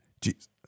Jesus